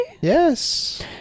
Yes